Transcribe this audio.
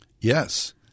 Yes